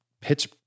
pitch